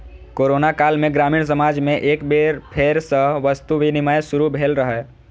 corona काल मे ग्रामीण समाज मे एक बेर फेर सं वस्तु विनिमय शुरू भेल रहै